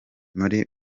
muri